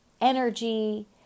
energy